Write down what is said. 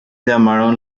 llamaron